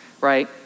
right